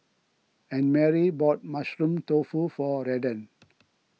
Annmarie bought Mushroom Tofu for Redden